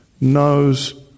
knows